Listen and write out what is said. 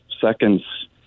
seconds